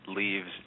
leaves